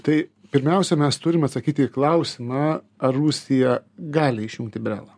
tai pirmiausia mes turim atsakyti į klausimą ar rusija gali išjungti brelą